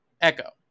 Echo